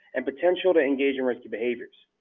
and potential to engage in risky behaviors.